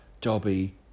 Dobby